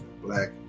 black